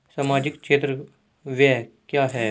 सामाजिक क्षेत्र व्यय क्या है?